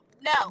no